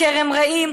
כרם רעים.